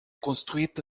construite